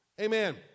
Amen